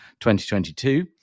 2022